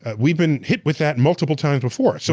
ah we've been hit with that multiple times before. so,